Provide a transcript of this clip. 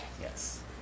Yes